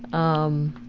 um.